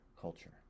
culture